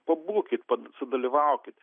pabūkit sudalyvaukit